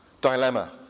dilemma